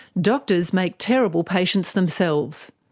doctors make terrible patients themselves.